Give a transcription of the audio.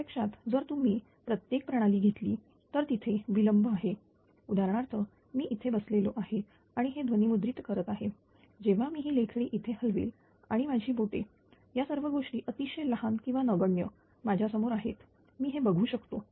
प्रत्यक्षात जर तुम्ही प्रत्येक प्रणाली घेतली तर तिथे विलंब आहे उदाहरणार्थ मी इथे बसलेलो आहे आणि हे ध्वनिमुद्रित करीत आहे जेव्हा मी ही लेखणी इथे हलवेल आणि माझी बोटे या सर्व गोष्टी अतिशय लहान किंवा नगण्य माझ्यासमोर आहेत हे मी बघू शकतो